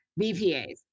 BPAs